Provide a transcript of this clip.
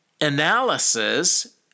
analysis